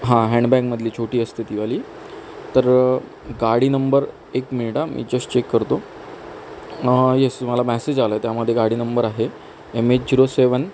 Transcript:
हां हँडबॅगमधली छोटी असते ती वाली तर गाडी नंबर एक मिनिट हां मी जस्ट चेक करतो येस मला मॅसेज आला आहे त्यामध्ये गाडी नंबर आहे एम एच झिरो सेवन